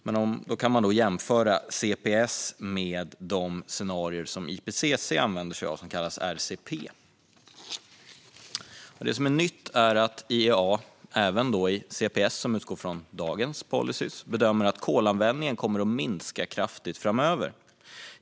Man kan då jämföra CPS med de scenarier som IPCC använder sig av och som kallas RCP. Det som är nytt är att IEA även i CPS, som alltså utgår från dagens policyer, bedömer att kolanvändningen kommer att minska kraftigt framöver.